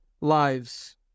lives